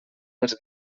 els